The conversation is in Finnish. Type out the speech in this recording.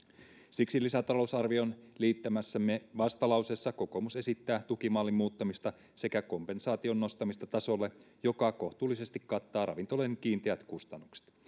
siksi lisätalousarvioon liittämässämme vastalauseessa kokoomus esittää tukimallin muuttamista sekä kompensaation nostamista tasolle joka kohtuullisesti kattaa ravintoloiden kiinteät kustannukset